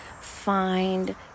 find